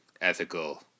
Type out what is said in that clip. ethical